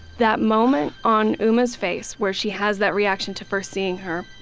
that moment on uma's face, where she has that reaction to first seeing her,